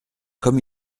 comme